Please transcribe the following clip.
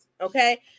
okay